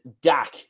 Dak